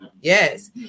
Yes